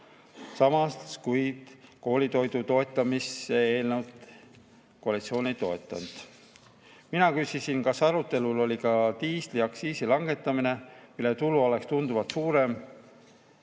samas kui koolitoidu toetamise eelnõu koalitsioon ei toetanud. Mina küsisin, kas arutelul oli ka diisliaktsiisi langetamine, mille tulu oleks tunduvalt suurem